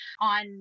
on